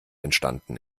entstanden